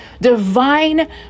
divine